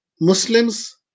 Muslims